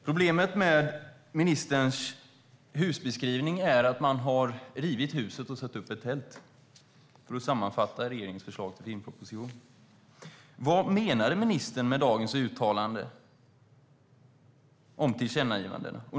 Problemet med ministerns husbeskrivning är att man har rivit huset och satt upp ett tält. Så kan man sammanfatta regeringens filmproposition. Vad menade ministern med dagens uttalande om tillkännagivanden?